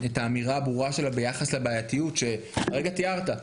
האמירה הברורה שלה ביחס לבעייתיות שכרגע תיארת,